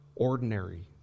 ordinary